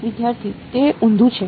વિદ્યાર્થી તે ઊંધું છે